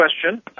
question